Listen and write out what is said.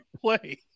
play